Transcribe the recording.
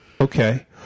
Okay